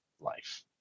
life